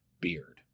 beard